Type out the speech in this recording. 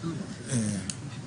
להוסיף עליו וגם אין לי